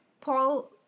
Paul